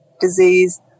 disease